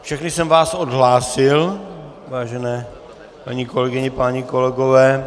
Všechny jsem vás odhlásil, vážené paní kolegyně, páni kolegové.